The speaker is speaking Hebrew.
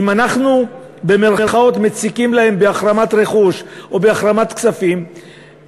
אם אנחנו מציקים להם בהחרמת רכוש או בהחרמת כספים,